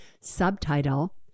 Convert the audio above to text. subtitle